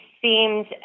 seems